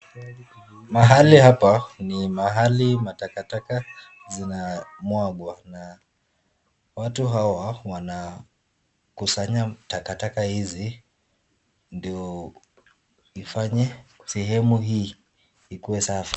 Mahali hapa ni mahali matakataka zinamwagwa na watu hawa wanakusanya takataka hizi ndo ifanye sehemu hii ikuwe safi.